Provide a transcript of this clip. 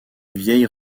vieille